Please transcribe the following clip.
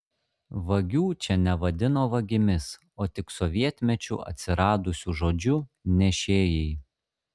vagių čia nevadino vagimis o tik sovietmečiu atsiradusiu žodžiu nešėjai